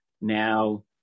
Now